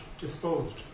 disposed